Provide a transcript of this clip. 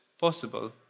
possible